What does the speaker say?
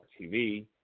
TV